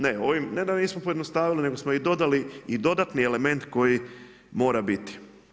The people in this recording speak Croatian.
Ne, ovim ne da nismo pojednostavili, nego smo i dodali i dodatni element koji mora biti.